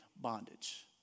bondage